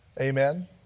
Amen